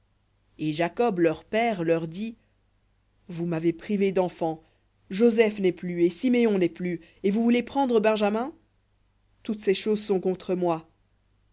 et jacob leur père leur dit vous m'avez privé d'enfants joseph n'est plus et siméon n'est plus et vous voulez prendre benjamin toutes ces choses sont contre moi